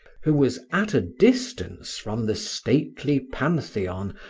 who was at a distance from the stately pantheon,